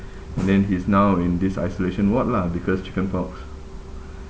and then he's now in this isolation ward lah because chicken pox